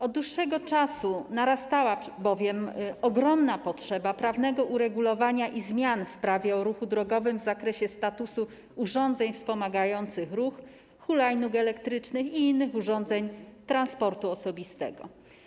Od dłuższego czasu narastała bowiem ogromna potrzeba prawnego uregulowania i zmian w prawie o ruchu drogowym w zakresie statusu urządzeń wspomagających ruch, hulajnóg elektrycznych i innych urządzeń transportu osobistego.